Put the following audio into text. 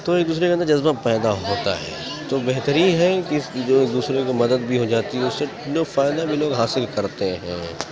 تو ایک دوسرے کے اندر جذبہ پیدا ہوتا ہے تو بہتر ہی ہے کہ جو ایک دوسرے کی مدد بھی ہو جاتی ہے اس سے جو فائدہ بھی لوگ حاصل کرتے ہیں